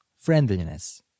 friendliness